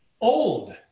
old